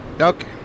Okay